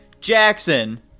Jackson